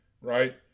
right